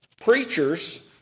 Preachers